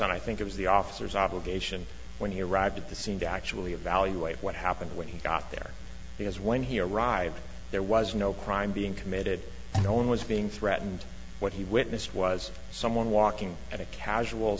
on i think it was the officers obligation when he arrived at the scene to actually evaluate what happened when he got there because when he arrived there was no crime being committed and no one was being threatened what he witnessed was someone walking at a casual